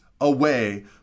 away